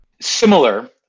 Similar